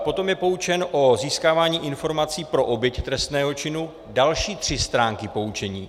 Potom je poučen o získávání informací pro oběť trestného činu další tři stránky poučení.